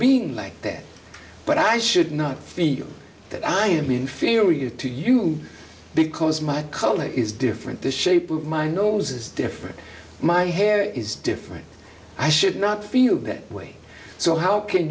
being like that but i should not feel that i am inferior to you because my color is different the shape of my nose is different my hair is different i should not feel that way so how can